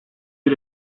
bir